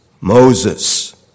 Moses